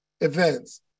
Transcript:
events